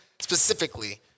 specifically